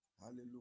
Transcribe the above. Hallelujah